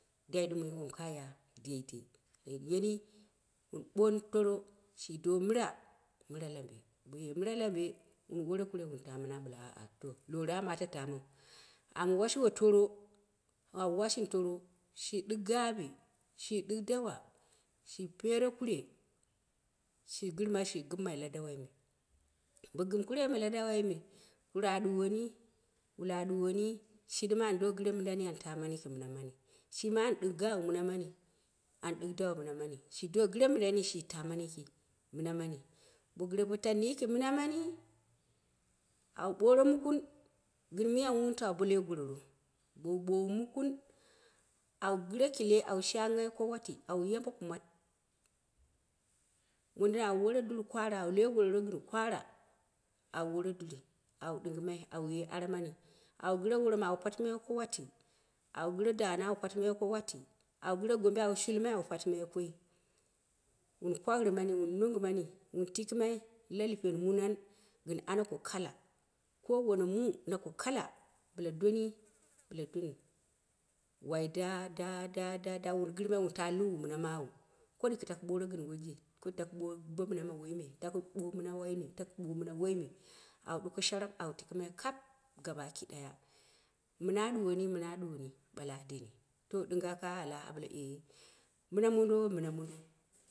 Dai ɗunwi wom kaya, deidei, bo yeni wun buni toro, shi do mɨra, mɨra, mɨra labe, boye mɨra labe, boye mɨra labe, wun ware kure wun ta mɨna, abale aya to loramu ata tamanu to lora mu ta ta mau, an washiwo toro, au washin toro, shi ɗɨg gowi shi ɗɨg dawa shi pare kure, shigɨr mai shi gɨm la dawai me, bo gɨm kure me la dawai me, kure a ɗuwani, wuta a ɗuwomi, shi ɗɨm ando gɨre mɨn domi, anta manu yiki mɨna mani, shima an ɗɨg gawi mɨna mani, an ɗɨg gawa mɨna mani shido gɨre mɨn dwu shi tamani yiki mɨn mani, bo gɨre botamni yiki mɨna mani, bo gɨre bo tanni yiki mɨna mani, an bore mukɨn gɨn miya mɨ wen tawa bo leigoro ro, bou ɓewu mukɨn, ɓowu mukɨn, au gɨre kile au shanghai ko wati, an yabe kumat, modɨn an wore dur kwara, an wigororo gɨn kwara, an woro durui, an ɗɨngɨmai au ye aranni, an gire worom au patimai ko wati au gɨre dana au palɨmai ko wati, au gɨre gombi au shulmai, an paɨɨ mai koi, wun kwaurɨ mani, wun no ngɨ mani wen tiki mai la hipen munan, gɨn ana ko lala ko wane mu nako kala, bɨla doni bɨla gɨre, wai da da da da, walu gɨr mai, wun ta wnu mɨna mawu, koli takɨ boro gɨn woije, koɗi takɨ ɓo bo mɨ ma ma waina koɗi takɨ ɓo mɨna waine, au ɗuko sharap au tikɨm ai kap, gaba ki ɗaya, mɨna a duwoni mina a ɗuwoni, ɓala a deni, to ɗɨnga ka ala, aɓala e mɨna mondo mɨna mondo.